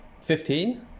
Fifteen